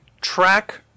track